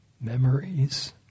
Memories